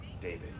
David